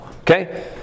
Okay